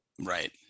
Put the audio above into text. right